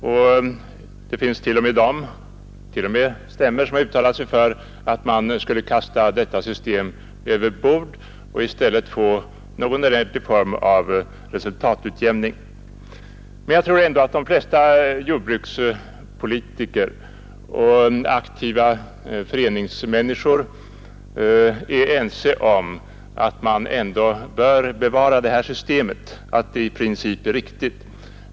Ja, det finns t.o.m. stämmor som har uttalat sig för att man skulle kasta detta system över bord och i stället införa någon ordentlig form av resultatutjämning. Jag tror emellertid att de flesta jordbrukspolitiker och aktiva föreningsmänniskor ändå är ense om att vi bör bevara systemet och att det i princip är riktigt.